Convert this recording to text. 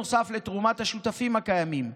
נוסף לתרומת השותפים הקיימים,